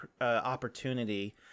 opportunity